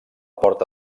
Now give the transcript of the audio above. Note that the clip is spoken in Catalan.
porta